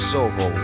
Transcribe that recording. Soho